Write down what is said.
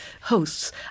hosts